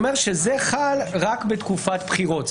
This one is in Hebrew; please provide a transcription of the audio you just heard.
חל רק בתקופת בחירות.